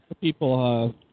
people